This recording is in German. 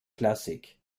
klassik